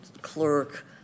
clerk